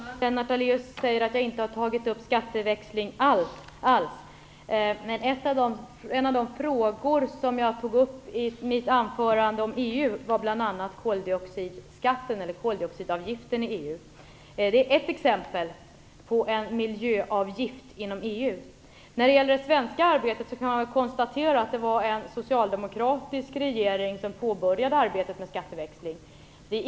Fru talman! Lennart Daléus säger att jag inte alls har tagit upp frågan om skatteväxling. Men en av de frågor som jag tog upp i mitt anförande om EU var den om koldioxidavgiften i EU. Det är ett exempel på en miljöavgift inom EU. Vad gäller det svenska arbetet kan man konstatera att det var en socialdemokratisk regering som påbörjade arbetet med skatteväxling.